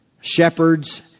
shepherds